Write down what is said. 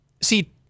see